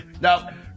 Now